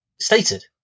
stated